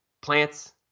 plants